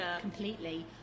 completely